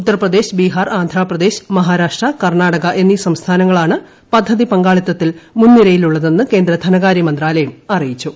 ഉത്തർപ്രദേശ് പ്രബിഹാർ ആന്ധ്രാപ്രദേശ് മഹാരാഷ്ട്ര കർണാടക എന്നീ സ്ംസ്ഥാനങ്ങളാണ് പദ്ധതി പങ്കാളിത്തത്തിൽ മുൻ ് നിരയിലുള്ളതെന്ന് കേന്ദ്രധനകാര്യ മന്ത്രാലയം അറിയിച്ചു